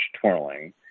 twirling